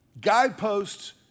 Guideposts